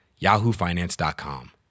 yahoofinance.com